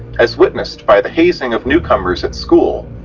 as witnessed by the hazing of newcomers at school,